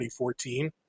2014